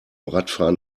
radfahren